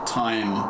time